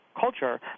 culture